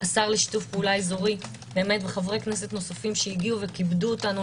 השר לשיתוף פעולה אזורי וחברי כנסת נוספים שהגיעו וכיבדו אותנו,